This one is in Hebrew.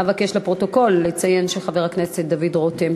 אבקש לציין לפרוטוקול שחבר הכנסת דוד רותם